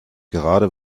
gerade